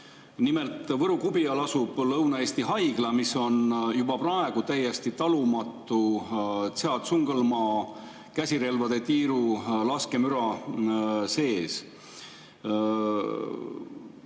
Nimelt, Võru-Kubijal asub Lõuna-Eesti Haigla, mis on juba praegu täiesti talumatu Tsiatsungõlmaa käsirelvade tiiru laskemüra sees.